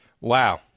Wow